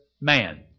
man